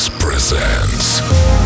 presents